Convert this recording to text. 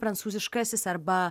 prancūziškasis arba